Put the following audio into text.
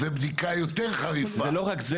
ובדיקה יותר חריפה --- זה לא רק זה.